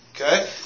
Okay